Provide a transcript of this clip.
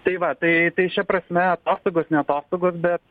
tai va tai tai šia prasme atostogos ne atostogos bet